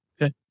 Okay